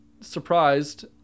surprised